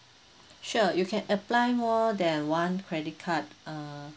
sure you can apply more than one credit card uh